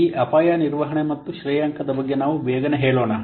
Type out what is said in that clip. ಈ ಅಪಾಯ ನಿರ್ವಹಣೆ ಮತ್ತು ಶ್ರೇಯಾಂಕದ ಬಗ್ಗೆ ನಾವು ಬೇಗನೆ ಹೇಳೋಣ